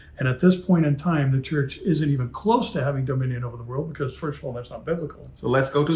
and at this point in time, the church isn't even close to having dominion over the world because, first of all, that's not biblical. so let's go.